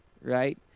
right